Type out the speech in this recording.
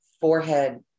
forehead